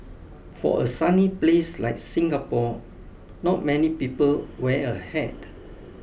for a sunny place like Singapore not many people wear a hat